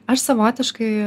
aš savotiškai